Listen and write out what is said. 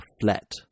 flat